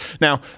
Now